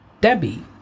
Debbie